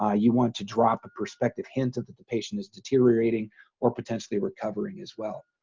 ah you want to drop a perspective hint of that. the patient is deteriorating or potentially recovering as well.